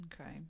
Okay